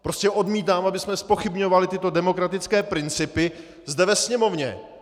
Prostě odmítám, abychom zpochybňovali tyto demokratické principy zde ve Sněmovně.